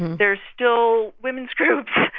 there's still women's groups.